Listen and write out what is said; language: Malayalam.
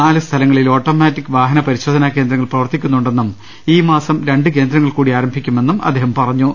നാല് സ്ഥലങ്ങളിൽ ഓട്ടോമാറ്റിക് വാഹ നപരിശോധനാ കേന്ദ്രങ്ങൾ പ്രവർത്തിക്കുന്നുണ്ടെന്നും ഈ മാസം രണ്ട് കേന്ദ്രങ്ങൾ കൂടി ആരംഭിക്കുമെന്നും അദ്ദേഹം പറഞ്ഞു